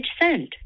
sent